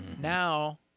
Now